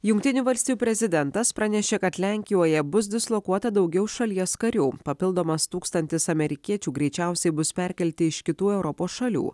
jungtinių valstijų prezidentas pranešė kad lenkijoje bus dislokuota daugiau šalies karių papildomas tūkstantis amerikiečių greičiausiai bus perkelti iš kitų europos šalių